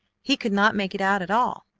he could not make it out at all.